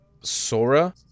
Sora